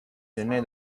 人类